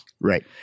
Right